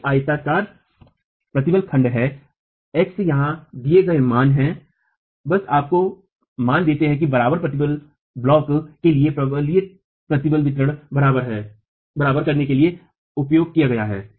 a आयताकार प्रतिबल खंड है x यहाँ दिए गए मान हैं बस आपको मान देते हैं कि बराबर प्रतिबल ब्लॉक के लिए परवलयिक प्रतिबल वितरण बराबर करने के लिए उपयोग किया जाता है